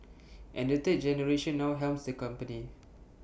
and the third generation now helms the company